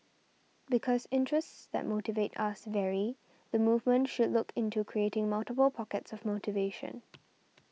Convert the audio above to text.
because interests that motivate us vary the movement should look into creating multiple pockets of motivation